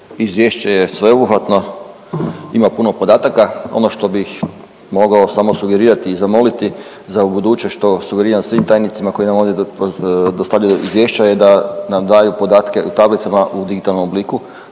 izvješće je sveobuhvatno, ima puno podataka. Ono što bih mogao samo sugerirati i zamoliti za ubuduće što sugeriram svim tajnicima koji nam ovdje dostavljaju izvješća je da nam daju podatke u tablicama u digitalnom obliku